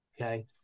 Okay